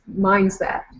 mindset